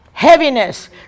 Heaviness